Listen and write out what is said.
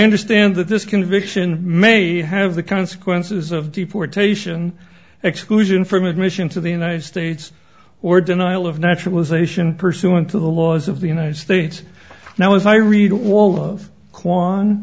understand that this conviction may have the consequences of deportation exclusion from admission to the united states or denial of naturalization pursuant to the laws of the united states now as i read a wall of kwan